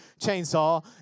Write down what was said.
Chainsaw